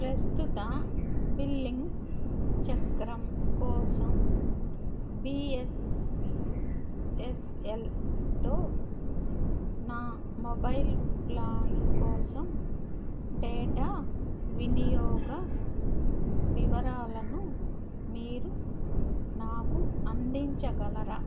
ప్రస్తుత బిల్లింగ్ చక్రం కోసం బీఎస్ఎస్ఎల్ తో నా మొబైల్ ప్లాను కోసం డేటా వినియోగ వివరాలను మీరు నాకు అందించగలరా